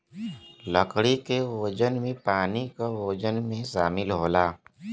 लकड़ी के वजन में पानी क वजन भी शामिल होला